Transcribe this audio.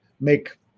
make